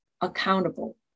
accountable